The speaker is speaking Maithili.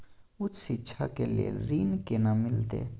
उच्च शिक्षा के लेल ऋण केना मिलते?